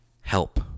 help